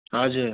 हजुर